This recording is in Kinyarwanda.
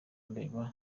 areba